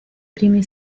primi